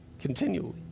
continually